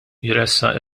jressaq